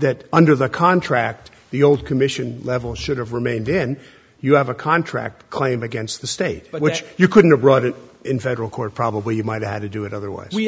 that under the contract the old commission level should have remained in you have a contract claim against the state but which you couldn't have brought it in federal court probably you might have to do it otherwise we